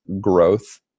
growth